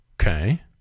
Okay